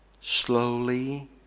slowly